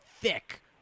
thick